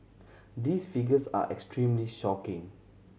these figures are extremely shocking